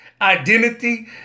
Identity